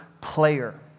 player